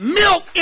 milk